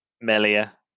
Melia